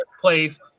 place